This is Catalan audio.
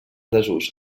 desús